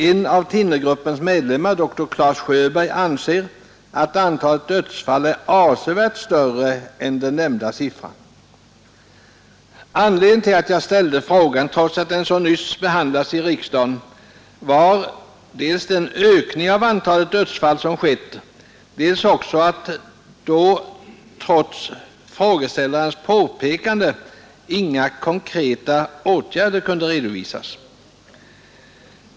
En av thinnergruppens medlemmar, doktor Clas Sjöberg, anser att antalet dödsfall är avsevärt större än den nämnda siffran. Anledningen till att jag ställde frågan, trots att detta ämne så nyligen behandlats i riksdagen, var dels den ökning av antalet dödsfall som skett, dels att vid det tillfället trots frågeställarens påpekande inga konkreta åtgärder kunde redovisas.